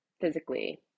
physically